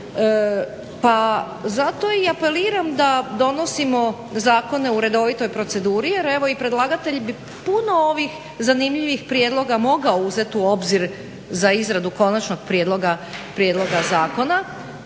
Pa zato i apeliram da donosimo zakone u redovitoj proceduri jer evo i predlagatelj bi puno ovih zanimljivih prijedloga mogao uzeti u obzir za izradu konačnog prijedloga zakona